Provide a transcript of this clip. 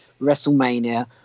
WrestleMania